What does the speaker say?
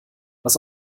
was